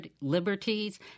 liberties